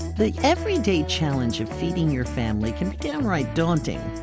the everyday challenge of feeding your family can be downright daunting.